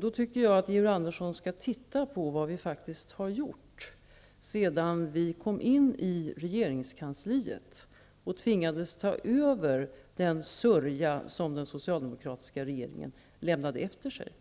Då tycker jag att Georg Andersson skall titta på vad vi faktiskt har gjort sedan vi kom in i regeringskansliet och tvingades ta över den sörja som den socialdemokratiska regeringen lämnade efter sig.